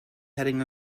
heading